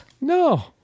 No